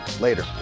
Later